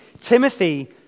Timothy